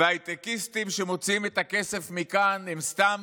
וההייטקיסטים שמוציאים את הכסף מכאן, הם סתם,